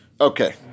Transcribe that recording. Okay